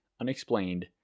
unexplained